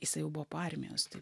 jisai jau buvo po armijos tai